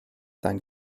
dein